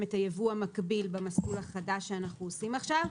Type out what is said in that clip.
את הייבוא המקביל במסלול החדש שאנחנו עושים עכשיו,